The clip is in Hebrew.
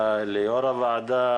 ליו"ר הוועדה,